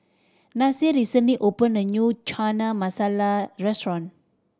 Nasir recently opened a new Chana Masala Restaurant